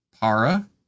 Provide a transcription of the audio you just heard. para